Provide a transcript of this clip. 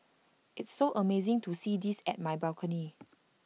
it's so amazing to see this at my balcony